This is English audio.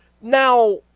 Now